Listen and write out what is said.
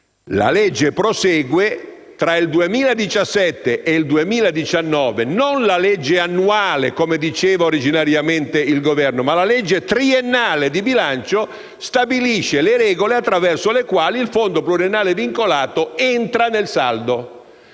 affermando che tra il 2017 e il 2019, non la legge annuale - come diceva originariamente il Governo - ma la legge triennale di bilancio stabilisce le regole attraverso le quasi il fondo pluriennale vincolato entra nel saldo.